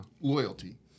loyalty